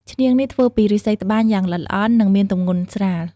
ឈ្នាង នេះធ្វើពីឫស្សីត្បាញយ៉ាងល្អិតល្អន់ និងមានទម្ងន់ស្រាល។